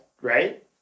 right